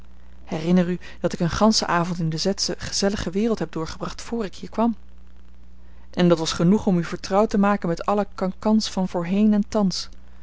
herinner u dat ik een ganschen avond in de z sche gezellige wereld heb doorgebracht vr ik hier kwam en dat was genoeg om u vertrouwd te maken met alle cancans van voorheen en thans